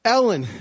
Ellen